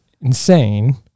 insane